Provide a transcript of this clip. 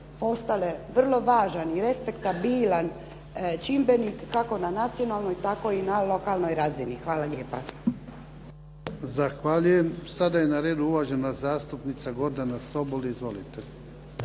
postale vrlo važan i respektabilan čimbenik kako na nacionalnoj tako i na lokalnoj razini. Hvala lijepa. **Jarnjak, Ivan (HDZ)** Zahvaljujem. Sada je na redu uvažena zastupnica Gordana Sobol. Izvolite.